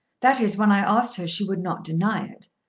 that is, when i asked her she would not deny it.